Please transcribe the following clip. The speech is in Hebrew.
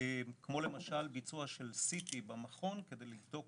כמו למשל ביצוע CT במכון כדי לבדוק